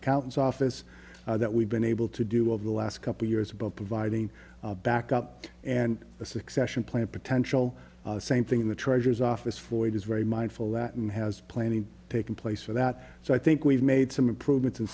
accountants office that we've been able to do over the last couple years about providing a backup and a succession plan potential same thing in the treasurer's office for it is very mindful that and has planning taking place for that so i think we've made some improvements in